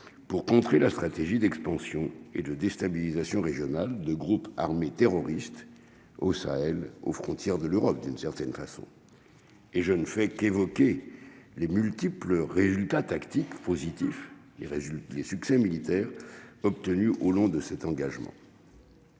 pour contrer la stratégie d'expansion et de déstabilisation régionale de groupes armés terroristes au Sahel, aux frontières de l'Europe, d'une certaine façon, et je ne fait qu'évoquer les multiples résultats tactique positif les résultats, les succès militaires obtenu au long de cet engagement.